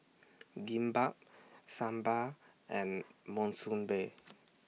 Kimbap Sambar and Monsunabe